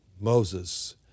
Moses